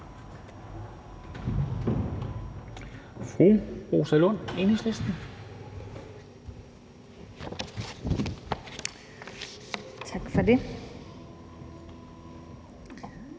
fru Rosa Lund, Enhedslisten. Kl.